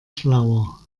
schlauer